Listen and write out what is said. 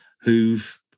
who've